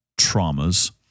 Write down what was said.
traumas